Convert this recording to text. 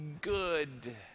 good